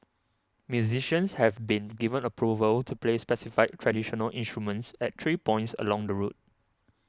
musicians have been given approval to play specified traditional instruments at three points along the route